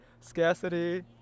scarcity